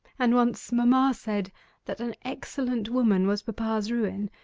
and once mamma said that an excellent woman was papa's ruin,